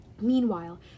Meanwhile